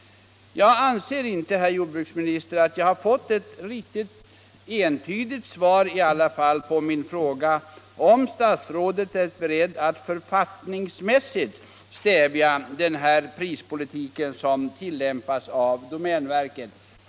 Jag anser inte, herr jordbruksminister, att jag fått ett riktigt entydigt svar på min fråga om statsrådet är beredd att författningsmässigt stävja den prispolitik som tillämpas av domänverket.